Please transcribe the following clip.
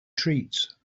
treats